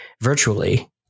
virtually